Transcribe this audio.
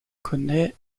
connaît